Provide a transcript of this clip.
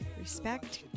respect